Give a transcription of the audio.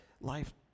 life